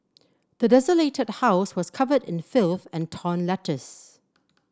the desolated house was covered in filth and torn letters